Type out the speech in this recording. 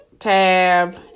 Tab